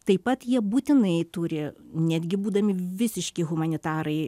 taip pat jie būtinai turi netgi būdami visiški humanitarai